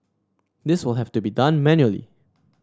this will have to be done manually